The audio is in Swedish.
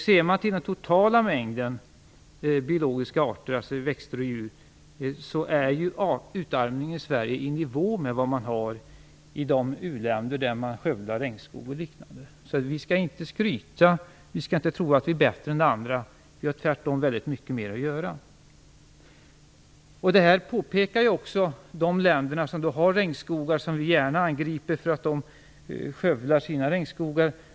Ser man till den totala mängden biologiska arter, alltså växter och djur, är utarmningen i Sverige i nivå med den som man har i de u-länder där man skövlar regnskog och liknande. Så vi skall inte skryta och tro att vi är bättre än andra länder. Här finns tvärtom väldigt mycket mer att göra. Detta påpekar också de länder som har regnskogar och som vi gärna angriper för skövling av dem.